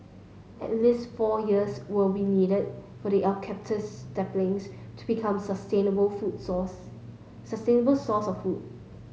at least four years will be needed for the eucalyptus saplings to become sustainable foods source sustainable source of food